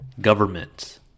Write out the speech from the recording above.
government